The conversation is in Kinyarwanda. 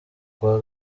kuwa